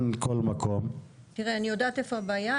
אני יודעת איפה הבעיה,